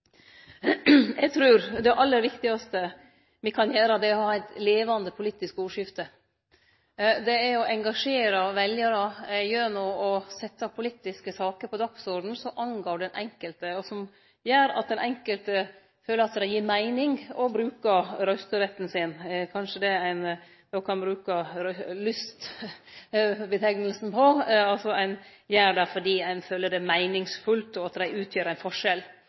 Eg trur det aller viktigaste me kan gjere, er å ha eit levande politisk ordskifte – å engasjere veljarar gjennom å setje politiske saker på dagsordenen som gjeld den enkelte, og som gjer at den enkelte føler at det gir meining å bruke røysteretten sin. Kanskje ein då kan bruke lyst-omgrepet her: Ein gjer det fordi ein føler det er meiningsfullt, og at det utgjer ein forskjell.